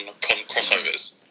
crossovers